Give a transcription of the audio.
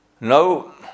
Now